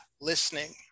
listening